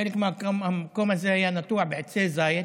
חלק מהמקום הזה היה נטוע בעצי זית,